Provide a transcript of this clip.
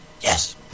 Yes